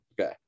Okay